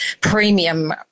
premium